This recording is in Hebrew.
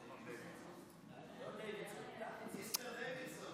מיסטר דוידסון.